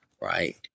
right